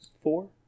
Four